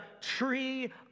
tree